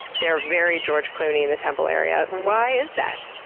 they're very george clooney in the temple area. why is that?